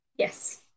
Yes